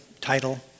title